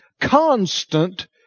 constant